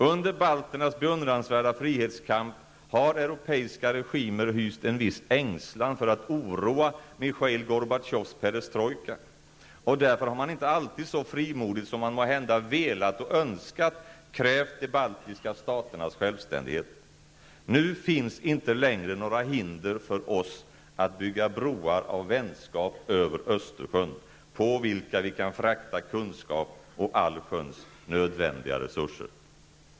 Under balternas beundransvärda frihetskamp har europeiska regimer hyst en viss ängslan för att oroa Michail Gorbatjovs perestrojka, och därför har man inte alltid så frimodigt som man måhända velat krävt de baltiska staternas självständighet. Nu finns det inte längre några hinder för oss att bygga broar av vänskap över Östersjön på vilka vi kan frakta kunskap och allsköns nödvändiga resurser.